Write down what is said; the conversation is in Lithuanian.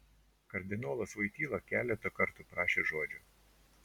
kardinolas voityla keletą kartų prašė žodžio